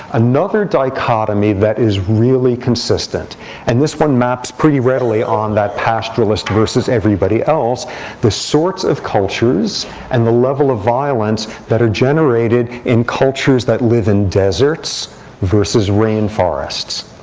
another dichotomy that is really consistent and this one maps pretty readily on that pastoralist versus everybody else the sorts of cultures and the level of violence that are generated in cultures that live in deserts versus rain forests.